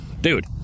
Dude